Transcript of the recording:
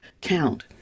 count